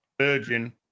virgin